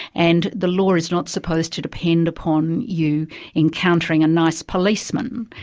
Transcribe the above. and the law is not supposed to depend upon you encountering a nice policeman,